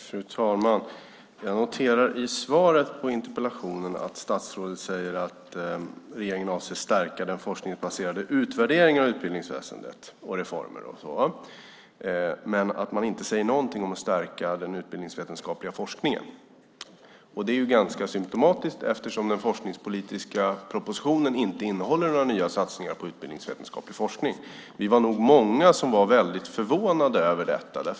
Fru talman! Jag noterar att statsrådet i svaret på interpellationen säger att regeringen avser att stärka den forskningsbaserade utvärderingen av utbildningsväsende och reformer. Men han säger inte någonting om att stärka den utbildningsvetenskapliga forskningen. Det är ganska symtomatiskt eftersom den forskningspolitiska propositionen inte innehåller några nya satsningar på utbildningsvetenskaplig forskning. Vi var nog många som var väldigt förvånade över detta.